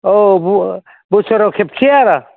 औ बोसोराव खेबसे आरो